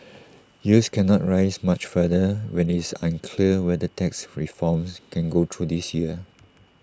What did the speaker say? yields cannot rise much further when IT is unclear whether tax reforms can go through this year